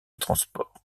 transport